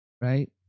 right